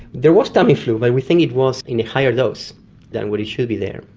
there was tamiflu but we think it was in a higher dose than what should be there.